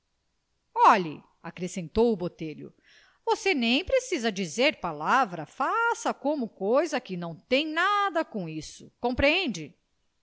olhe acrescentou o botelho você nem precisa dizer palavra faça como coisa que não tem nada com isso compreende